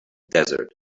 desert